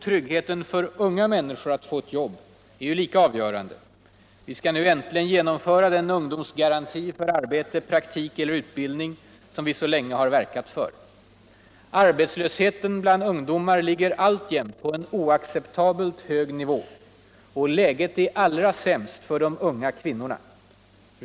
Tryggheten för u'nga människor att få ett jobb är ika avgörande. Vi skall nu äntligen genomföra den ungdomsgaranti för arbete, praktik eller utbildning som vi så länge har verkat för. Arbetslösheten bland ungdomar ligger alltjämt på en oacceptabelt hög nivå, och käiget är allra sämst för de unga kvinnorna.